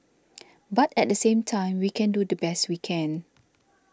but at the same time we can do the best we can